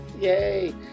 Yay